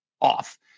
off